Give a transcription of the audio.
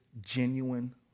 genuine